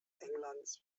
englands